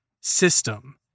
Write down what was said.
system